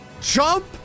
jump